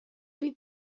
read